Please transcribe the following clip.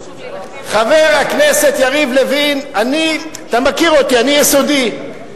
חבר הכנסת יריב לוין, אתה מכיר אותי, אני יסודי.